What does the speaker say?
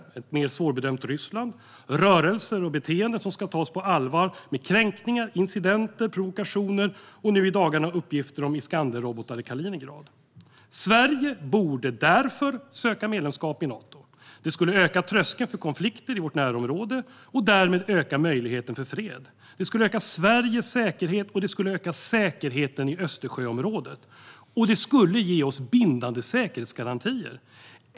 Vi har ett mer svårbedömt Ryssland med rörelser och beteenden som ska tas på allvar, med kränkningar, incidenter och provokationer och nu i dagarna uppgifter om Iskanderrobotar i Kaliningrad. Sverige borde därför söka medlemskap i Nato. Det skulle öka tröskeln för konflikter i vårt närområde och därmed öka möjligheten för fred. Det skulle öka Sveriges säkerhet, och det skulle öka säkerheten i Östersjöområdet. Det skulle även ge oss bindande säkerhetsgarantier.